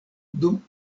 dum